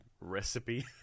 recipe